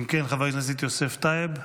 אם כן, חבר הכנסת יוסף טייב,